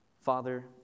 Father